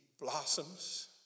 blossoms